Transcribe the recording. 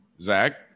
Zach